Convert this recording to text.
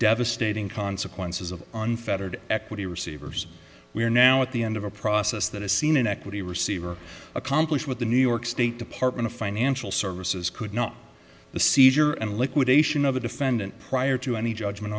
devastating consequences of unfettered equity receiver's we are now at the end of a process that has seen an equity receiver accomplish with the new york state department a financial services could not the seizure and liquidation of a defendant prior to any judgment